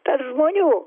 tarp žmonių